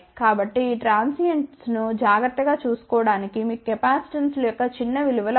కాబట్టి ఈ ట్రాన్సియెంట్స్ను జాగ్రత్తగా చూసుకోవడానికి మీకు కెపాసిటెన్స్ల యొక్క చిన్న విలువ లు అవసరం